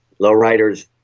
Lowriders